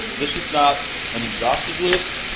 this is not an exhaustive list,